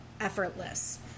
effortless